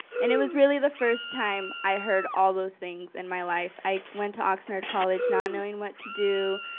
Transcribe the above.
and it was really the first time i heard all of those things in my life. i went to oxnard college not knowing what to do.